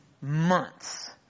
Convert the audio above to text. months